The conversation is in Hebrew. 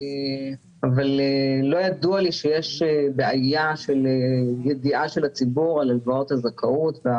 אבל לא ידוע לי שיש בעיה של ידיעה של הציבור על הלוואות הזכאות.